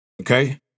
Okay